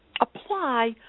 apply